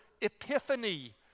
epiphany